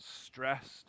stressed